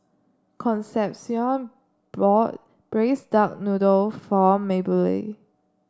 Concepcion bought Braised Duck Noodle for Maybelle